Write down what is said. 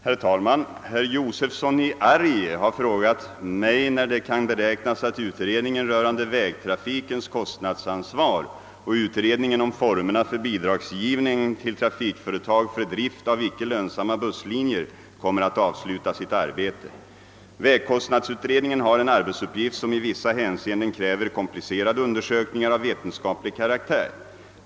Herr talman! Herr Josefson i Arrie har frågat mig när det kan beräknas att utredningen rörande vägtrafikens kostnadsansvar och utredningen om formerna för bidragsgivningen till trafikföretag för drift av icke lönsamma busslinjer kommer att avsluta sitt arbete. Vägkostnadsutredningen har en arbetsuppgift som i vissa hänseenden kräver komplicerade undersökningar av vetenskaplig karaktär.